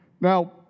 Now